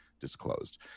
Disclosed